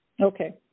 Okay